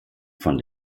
von